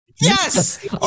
Yes